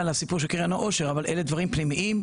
לסיפור של קרן העושר אלה דברים פנימיים,